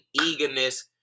eagerness